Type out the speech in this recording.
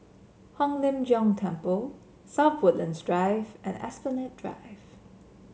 Hong Lim Jiong Temple South Woodlands Drive and Esplanade Drive